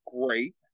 great